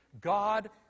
God